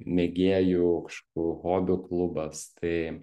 mėgėjų kažkokių hobių klubas tai